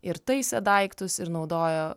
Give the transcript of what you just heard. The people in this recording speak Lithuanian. ir taisė daiktus ir naudojo